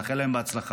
נאחל להם הצלחה.